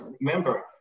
remember